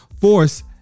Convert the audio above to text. force